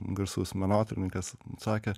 garsus menotyrininkas sakė